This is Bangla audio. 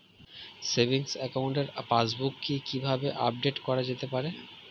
সেভিংস একাউন্টের পাসবুক কি কিভাবে আপডেট করা যেতে পারে?